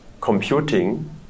computing